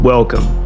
Welcome